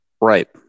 Right